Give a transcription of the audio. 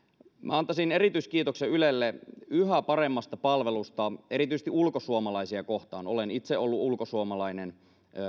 antaisin erityiskiitoksen ylelle yhä paremmasta palvelusta erityisesti ulkosuomalaisia kohtaan olen itse ollut ulkosuomalainen